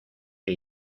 que